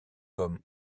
hommes